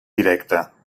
directe